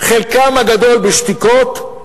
חלקם הגדול בשתיקות.